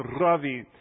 Ravi